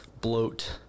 bloat